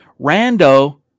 Rando